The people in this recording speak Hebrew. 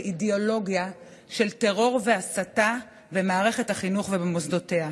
אידיאולוגיה של טרור והסתה במערכת החינוך ובמוסדותיה.